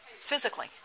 physically